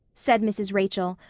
said mrs. rachel,